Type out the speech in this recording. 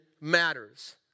matters